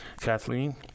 Kathleen